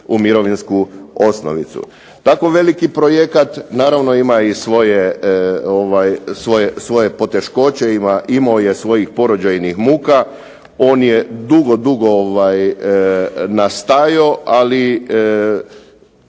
u mirovinsku osnovicu. Tako veliki projekat naravno ima svoje poteškoće, imao je svojih porođajnih muka, on je dugo nastajao ali